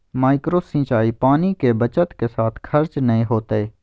micro सिंचाई पानी के बचत के साथ खर्च नय होतय